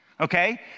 Okay